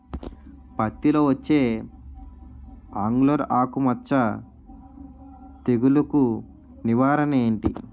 పత్తి లో వచ్చే ఆంగులర్ ఆకు మచ్చ తెగులు కు నివారణ ఎంటి?